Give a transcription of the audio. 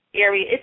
Area